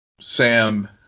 Sam